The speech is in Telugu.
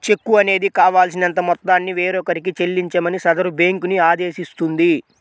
చెక్కు అనేది కావాల్సినంత మొత్తాన్ని వేరొకరికి చెల్లించమని సదరు బ్యేంకుని ఆదేశిస్తుంది